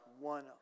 one